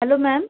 hello ma'am